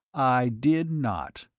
i did not,